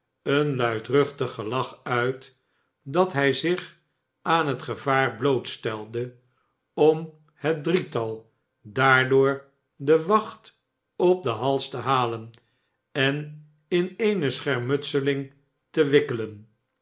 een luidruchtig gelach uit dat hij zich aan het gevaar blootstelde om het drietal daardoor de wacht op den hals te halen en in eene scnermutselmg te wikkelen